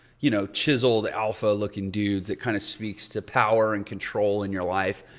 you know, chiseled, alpha looking dudes. it kind of speaks to power and control in your life.